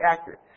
accurate